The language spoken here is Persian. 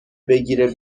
بگیره